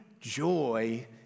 joy